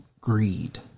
Greed